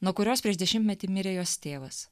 nuo kurios prieš dešimtmetį mirė jos tėvas